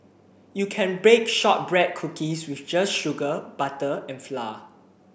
you can bake shortbread cookies with just sugar butter and flour